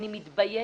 אני מתביישת.